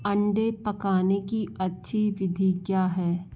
अंडे पकाने के अच्छी विधि क्या है